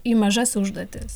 į mažas užduotis